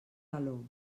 calor